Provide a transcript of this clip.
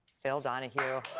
phil donahue.